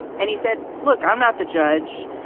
and he said, look, i'm not the judge,